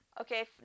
Okay